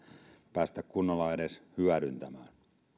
päästä kunnolla edes hyödyntämään